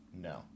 No